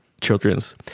children's